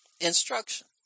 instruction